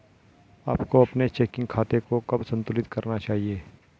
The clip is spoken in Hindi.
आपको अपने चेकिंग खाते को कब संतुलित करना चाहिए?